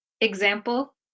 example